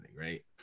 right